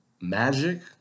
magic